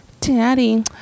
daddy